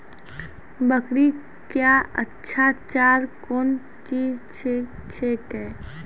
बकरी क्या अच्छा चार कौन चीज छै के?